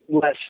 less